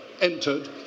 entered